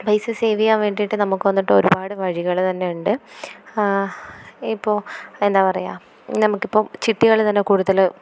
പൈസ സേവെയ്യാൻ വേണ്ടിട്ട് നമുക്ക് വന്നിട്ട് ഒരുപാട് വഴികള് തന്നെ ഉണ്ട് ഇപ്പോള് എന്താ പറയാ നമുക്കിപ്പോള് ചിട്ടികള് തന്നെ കൂടുതല്